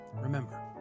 Remember